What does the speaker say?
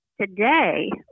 Today